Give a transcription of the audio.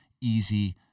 easy